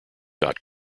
dot